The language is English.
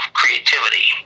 creativity